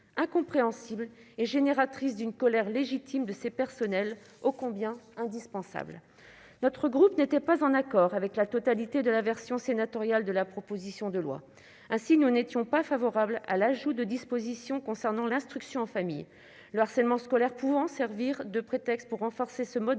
incompréhensible et génératrice d'une colère légitime de ces personnels ô combien indispensables ! Notre groupe n'était pas en accord avec la totalité de la version sénatoriale de la proposition de loi. Ainsi, nous n'étions pas favorables à l'ajout de dispositions concernant l'instruction en famille, le harcèlement scolaire pouvant servir de prétexte pour renforcer ce mode